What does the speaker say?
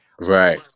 right